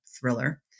thriller